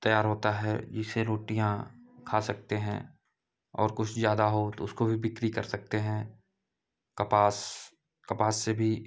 तैयार होता है जिससे रोटियाँ खा सकते हैं और कुछ ज़्यादा हो तो उसको भी बिक्री कर सकते हैं कपास कपास से भी